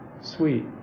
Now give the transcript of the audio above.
sweet